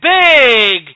big